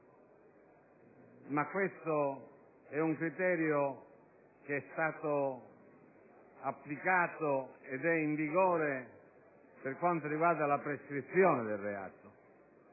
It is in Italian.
ma questo è un criterio che è stato applicato, ed è in vigore, per quanto riguarda la prescrizione del reato;